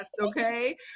Okay